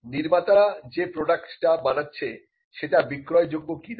নির্মাতারা যে প্রডাক্ট টা বানাচ্ছে সেটা বিক্রয় যোগ্য কিনা